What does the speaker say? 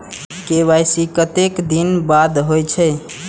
KYC कतेक दिन बाद होई छै?